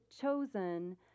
chosen